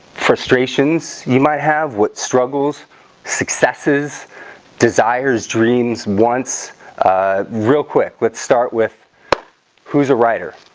frustrations you might have what struggles successes desires dreams once real quick let's start with who's a writer?